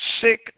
sick